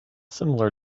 similar